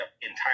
entire